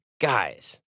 guys